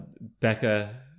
Becca